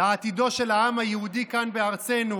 לעתידו של העם היהודי כאן בארצנו,